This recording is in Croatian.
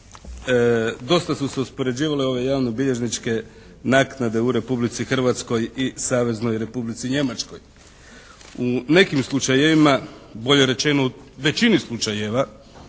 dosta su se uspoređivale ove javnobilježničke naknade u Republici Hrvatskoj i Saveznoj Republici Njemačkoj. U nekim slučajevima bolje rečeno u većini slučajeva,